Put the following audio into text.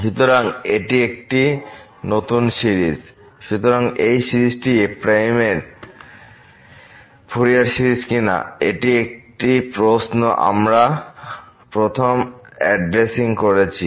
শুতরাং এটি নতুন সিরিজ সুতরাং এই সিরিজটি f এর ফুরিয়ার সিরিজ কিনা এটিএকটি প্রশ্ন আমরা প্রথম অ্যাড্রেসিং করেছি